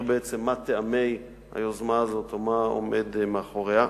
בעצם מה טעמי היוזמה הזאת או מה עומד מאחוריה.